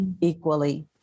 equally